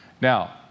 Now